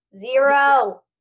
zero